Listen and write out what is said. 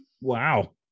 wow